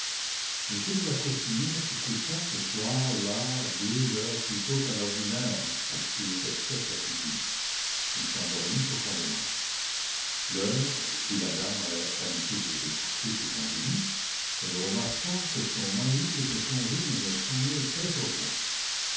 m de la courtinière se coucha ce soir là deux heures plutôt qu'à l'ordinaire parce qu'il était très-fatigué il s'endormit profondément l'heure où la dame avait habitude de se coucher étant venue elle remarqua que son mari était plongé dans un sommeil